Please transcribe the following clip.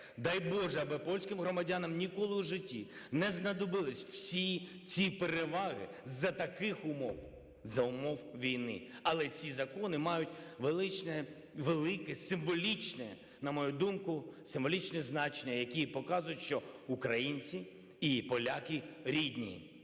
Дай боже, аби польським громадянам ніколи в житті не знадобились усі ці переваги за таких умов, за умов війни. Але ці закони мають величне, велике символічне, на мою думку, символічне значення, які показують, що українці і поляки рідні